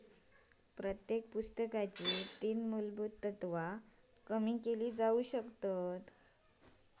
प्रत्येक पुस्तकाची तीन मुलभुत तत्त्वा कमी केली जाउ शकतत